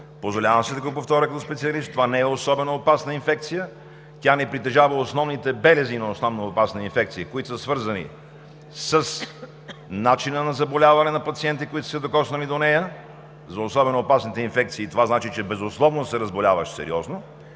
Позволявам си да го повторя като специалист – това не е особено опасна инфекция, тя не притежава основните белези на особено опасна инфекция, които са свързани с начина на заболяване на пациентите, които са се докоснали до нея. За особено опасните инфекции това значи, че безусловно се разболяваш сериозно.